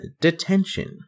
detention